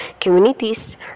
communities